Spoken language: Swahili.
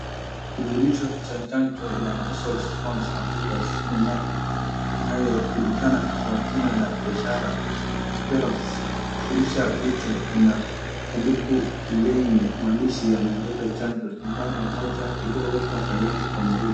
Chanjo ya measles na pia kuna sindano moja imeekwa tayari.